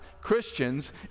Christians